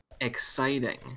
exciting